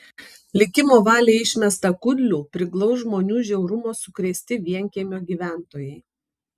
likimo valiai išmestą kudlių priglaus žmonių žiaurumo sukrėsti vienkiemio gyventojai